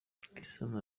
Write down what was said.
cristiano